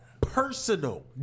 personal